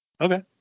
Okay